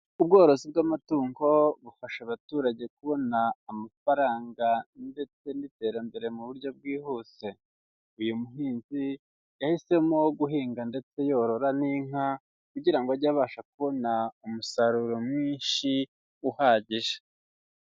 Ubworozi bw'amatungo bufasha abaturage kubona amafaranga ndetse n'iterambere mu buryo bwihuse. Uyu muhinzi yahisemo guhinga ndetse yorora n'inka, kugira ngo ajye abasha kubona umusaruro mwinshi uhagije.